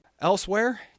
Elsewhere